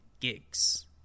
gigs